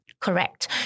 correct